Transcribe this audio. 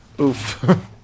Oof